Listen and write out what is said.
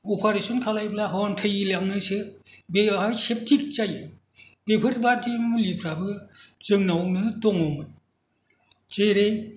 operation खालामोब्ला हर थैलायनोसै बेफोराव सेप्टिक जायो बेफोरबायदि मुलिफोराबो जोंनावनो दङमोन जेरै